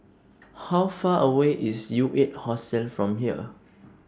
How Far away IS U eight Hostel from here